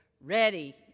ready